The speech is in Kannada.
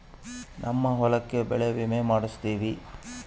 ನಮ್ ಹೊಲಕ ಬೆಳೆ ವಿಮೆ ಮಾಡ್ಸೇವಿ